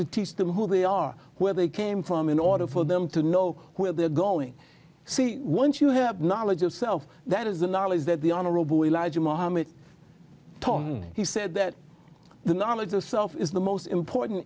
to teach them who they are where they came from in order for them to know where they're going see once you have knowledge of self that is the knowledge that the honorable elijah muhammad told me he said that the knowledge of self is the most important